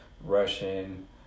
Russian